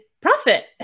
profit